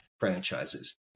Franchises